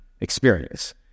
experience